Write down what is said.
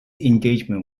engagement